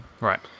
Right